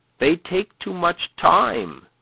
they take too much time,